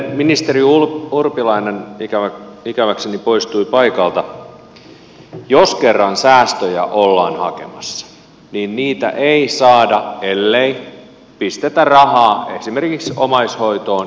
ministeri urpilainen ikäväkseni poistui paikalta mutta edelleen jos kerran säästöjä ollaan hakemassa niin niitä ei saada ellei pistetä rahaa esimerkiksi omaishoitoon ja kuntoutukseen